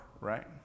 right